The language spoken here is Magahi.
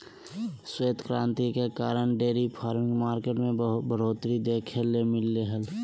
श्वेत क्रांति के कारण डेयरी फार्मिंग मार्केट में बढ़ोतरी देखे ल मिललय हय